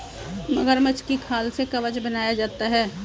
मगरमच्छ की खाल से कवच बनाया जाता है